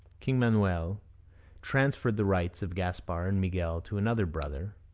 king manoel transferred the rights of gaspar and miguel to another brother,